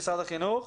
משרד החינוך.